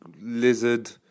lizard